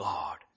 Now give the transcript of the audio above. God